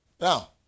Now